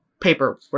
Paperwork